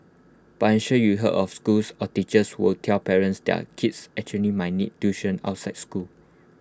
but I'm sure you heard of schools or teachers who will tell parents their kids actually might need tuition outside school